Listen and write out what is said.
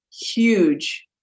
huge